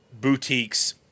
boutiques